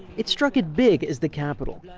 it struck it big as the capital.